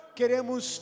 Queremos